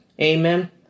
Amen